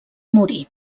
morir